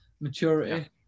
Maturity